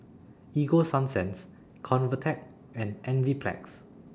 Ego Sunsense Convatec and Enzyplex